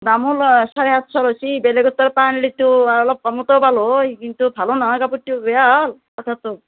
দামো লয় ছাৰে সাতশ লৈছি বেলেগৰ তাৰ পৰা আনলিতো অলপ কমতো পালোঁ হয় কিন্তু ভালো নহয় কাপোৰটো বেয়া তাৰ পাছতো